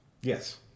Yes